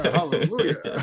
Hallelujah